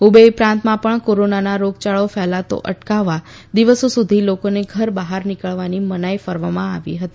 હ્વેઇ પ્રાંતમાં પણ કોરોનાનો રોગયાળો ફેલાતો અટકાવવા દિવસો સુધી લોકોને ઘર બહાર નીકળવાની મનાઇ ફરમાવવામાં આવી હતી